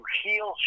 heal